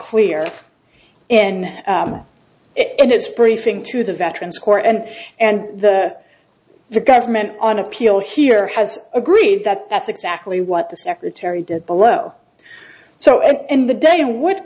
clear and it is briefing to the veterans court and and the the government on appeal here has agreed that that's exactly what the secretary did below so and the date in wh